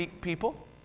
people